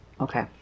okay